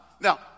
now